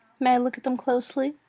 may i look at them closely?